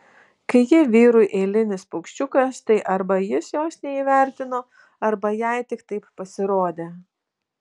kai ji vyrui eilinis paukščiukas tai arba jis jos neįvertino arba jai tik taip pasirodė